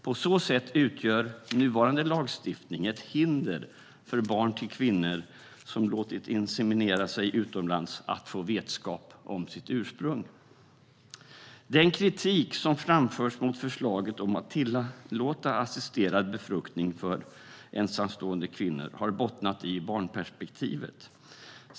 På så sätt utgör nuvarande lagstiftning ett hinder för barn till kvinnor som låtit inseminera sig utomlands att få vetskap om sitt ursprung. Den kritik som framförts mot förslaget om att tillåta assisterad befruktning för ensamstående kvinnor har bottnat i barnperspektivet.